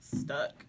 stuck